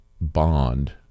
bond